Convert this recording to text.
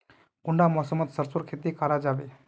कुंडा मौसम मोत सरसों खेती करा जाबे?